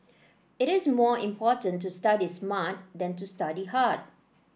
it is more important to study smart than to study hard